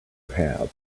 have